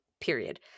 period